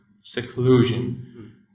seclusion